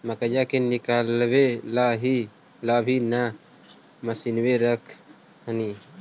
मकईया के निकलबे ला भी तो मसिनबे रख हखिन?